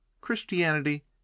Christianity